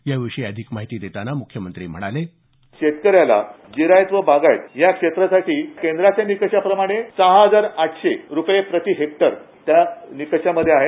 याविषयी अधिक माहिती देताना मुख्यमंत्री म्हणाले शेतकऱ्याला जिरायत व बागायत या क्षेत्रासाठी केंद्राच्या निकषाप्रमाणे सहा हजार आठशे रुपये प्रति हेक्टर त्या निकषामधे आहे